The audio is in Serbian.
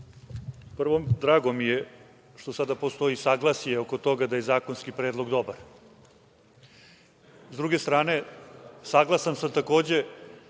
drago mi je što sada postoji saglasje oko toga da je zakonski predlog dobar.S druge strane, saglasan sam takođe